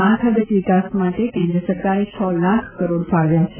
માળખાગત વિકાસ માટે કેન્દ્ર સરકારે છ લાખ કરોડ ફાળવ્યા છે